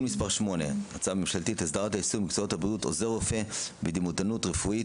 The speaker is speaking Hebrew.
מס' 8) (הסדרת העיסוק במקצועות הבריאות עוזר רופא ודימותנות רפואית),